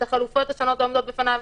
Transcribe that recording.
את החלופות השונות העומדות בפניו.